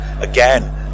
again